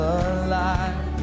alive